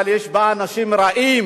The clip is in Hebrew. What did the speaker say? אבל יש בה אנשים רעים,